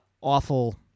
awful